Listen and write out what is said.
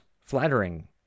flattering